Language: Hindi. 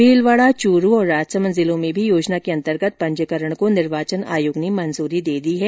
भीलवाडा चुरू और राजसमंद जिलों में भी योजना के अन्तर्गत पंजीकरण को निर्वाचन आयोग ने मंजूदी दे दी है